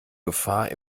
gefahr